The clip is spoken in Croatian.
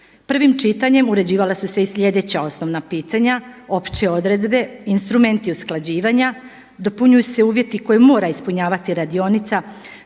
Prvim čitanjem uređivala su se i sljedeća osnovna pitanja, opće odredbe, instrumenti usklađivanja, dopunjuju se uvjeti koje mora ispunjavati radionica